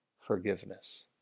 forgiveness